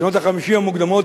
בשנות ה-50 המוקדמות,